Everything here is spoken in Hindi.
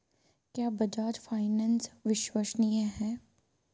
क्या बजाज फाइनेंस विश्वसनीय है?